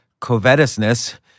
covetousness